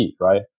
right